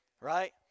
right